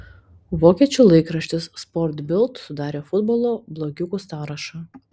vokiečių laikraštis sport bild sudarė futbolo blogiukų sąrašą